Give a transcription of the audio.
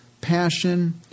passion